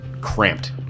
cramped